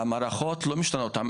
המערכות לא משתנות,